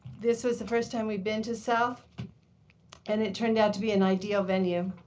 this was the first time we've been to south and it turned out to be an ideal venue.